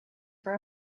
for